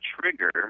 trigger